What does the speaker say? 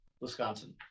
Wisconsin